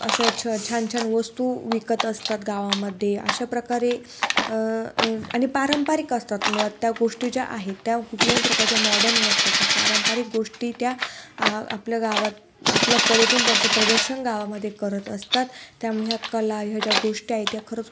अशा छ छान छान वस्तू विकत असतात गावामध्ये अशा प्रकारे आणि पारंपरिक असतात मुळात त्या गोष्टी ज्या आहेत त्या कुठल्याही प्रकारच्या मॉडर्न नसतात त्या पारंपरिक गोष्टी त्या आपल्या गावात आपल्या कलेेतून त्यांचं प्रदर्शन गावामध्ये करत असतात त्यामुळे ह्या कला ह्या ज्या गोष्टी आहेत त्या खरंच खूप